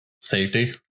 safety